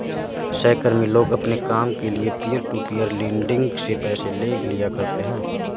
सहकर्मी लोग अपने काम के लिये पीयर टू पीयर लेंडिंग से पैसे ले लिया करते है